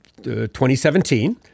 2017